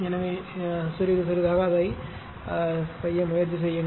எனவே சிறிது சிறிதாக அதை செய்ய முயற்சி செய்யுங்கள்